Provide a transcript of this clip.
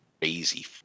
crazy